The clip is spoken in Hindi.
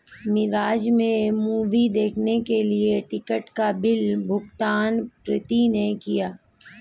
मिराज में मूवी देखने के लिए टिकट का बिल भुगतान प्रीति ने किया